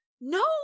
no